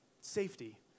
Safety